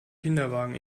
kinderwagen